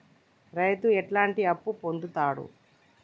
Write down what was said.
రైతు ఎట్లాంటి అప్పు పొందుతడు?